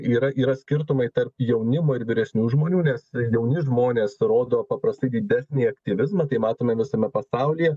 yra yra skirtumai tarp jaunimo ir vyresnių žmonių nes jauni žmonės rodo paprastai didesnį aktyvizmą tai matome visame pasaulyje